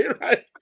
right